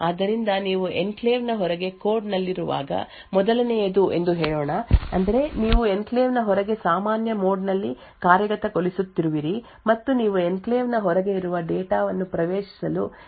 ಆದ್ದರಿಂದ ನೀವು ಎನ್ಕ್ಲೇವ್ನ ಹೊರಗೆ ಕೋಡ್ನಲ್ಲಿರುವಾಗ ಮೊದಲನೆಯದು ಎಂದು ಹೇಳೋಣ ಅಂದರೆ ನೀವು ಎನ್ಕ್ಲೇವ್ನ ಹೊರಗೆ ಸಾಮಾನ್ಯ ಮೋಡ್ನಲ್ಲಿ ಕಾರ್ಯಗತಗೊಳಿಸುತ್ತಿರುವಿರಿ ಮತ್ತು ನೀವು ಎನ್ಕ್ಲೇವ್ನ ಹೊರಗೆ ಇರುವ ಡೇಟಾವನ್ನು ಪ್ರವೇಶಿಸಲು ಪ್ರಯತ್ನಿಸುತ್ತಿದ್ದೀರಿ ಆದ್ದರಿಂದ ಇದನ್ನು ಅನುಮತಿಸಲಾಗುವುದು